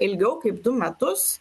ilgiau kaip du metus